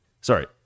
sorry